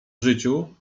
życiu